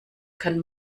kann